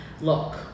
look